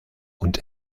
und